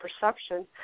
perception